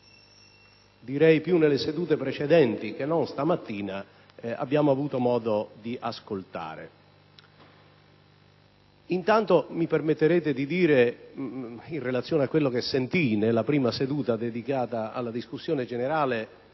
se più nelle sedute precedenti che non stamattina, che abbiamo avuto modo di ascoltare. Intanto, mi permetterete di dire, in relazione a quello che sentii nella prima seduta dedicata alla discussione generale,